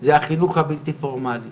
זה החינוך הבלתי פורמאלי